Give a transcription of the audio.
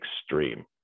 extreme